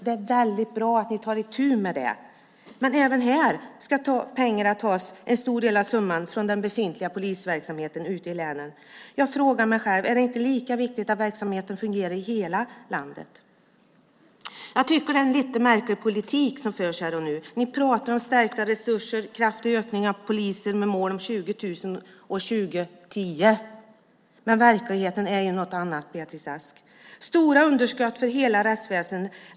Det är väldigt bra att ni tar itu med den, men även här ska en stor del av summan tas från den befintliga polisverksamheten ute i länen. Jag frågar mig själv om det inte är lika viktigt att verksamheten fungerar i hela landet. Jag tycker att det är en lite märklig politik som förs här och nu. Ni pratar om stärkta resurser och en kraftig ökning av antalet poliser med målet 20 000 år 2010. Men verkligheten är något annat, Beatrice Ask, med stora underskott för hela rättsväsendet.